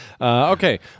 Okay